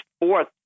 fourth